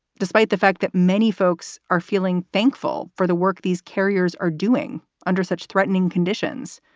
despite the fact that many folks are feeling thankful for the work these carriers are doing under such threatening conditions,